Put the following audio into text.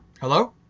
Hello